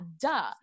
duh